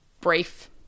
brief